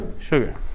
sugar